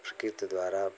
उसके त द्वारा